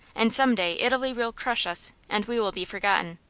and some day italy will crush us and we will be forgotten.